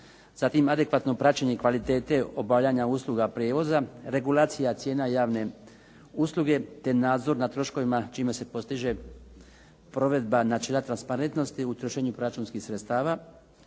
zatim adekvatno praćenje kvalitete obavljanja usluga prijevoza, regulacija cijena javne usluge, te nadzor nad troškovima čime se postiže provedba načela transparentnosti u trošenju proračunskih sredstava,